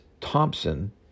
Thompson